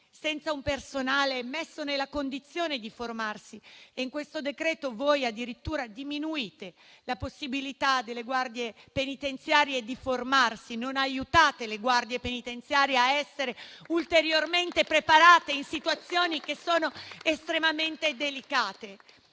serva un personale messo nella condizione di formarsi e in questo decreto-legge voi addirittura diminuite la possibilità delle guardie penitenziarie di formarsi, non le aiutate a essere ulteriormente preparate in situazioni che sono estremamente delicate